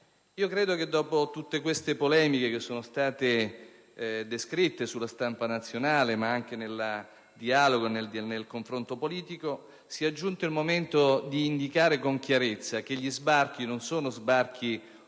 Io credo che, dopo tutte le polemiche che sono comparse sulla stampa nazionale, ma anche nel dialogo e nel confronto politico, sia giunto il momento di indicare con chiarezza che gli sbarchi non sono operati da